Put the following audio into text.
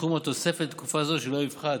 סכום התוספת לתקופה זו לא יפחת